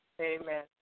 Amen